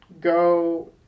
go